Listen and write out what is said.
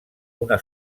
una